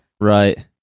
right